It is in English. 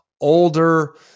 older